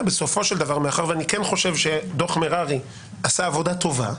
בסופו של דבר מאחר ואני כן חושב שדוח מררי עשה עבודה טובה,